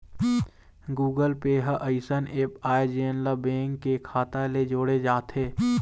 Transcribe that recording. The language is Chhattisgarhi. गुगल पे ह अइसन ऐप आय जेन ला बेंक के खाता ले जोड़े जाथे